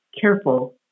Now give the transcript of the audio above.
careful